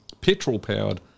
petrol-powered